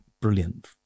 brilliant